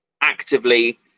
actively